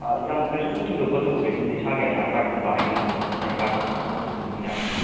ꯌꯥꯝ ꯀꯩꯁꯨ ꯊꯣꯏꯗꯣꯛꯄ ꯗꯣꯀꯨꯃꯦꯟꯁ ꯅꯠꯇꯦ ꯏꯁꯥꯒꯤ ꯑꯙꯥꯔ ꯀꯥꯔꯗꯀꯨꯝꯕ ꯑꯥꯏ ꯗꯤ ꯒꯨꯝꯕ ꯚꯣꯇꯔ ꯀꯥꯔꯗꯀꯨꯝꯕ ꯑꯗꯨꯅ ꯑꯗꯨꯝ ꯌꯥꯅꯤ